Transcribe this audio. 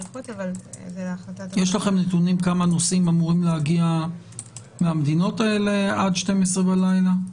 יש לכם נתונים כמה נוסעים אמורים להגיע מהמדינות האלה עד חצות הלילה?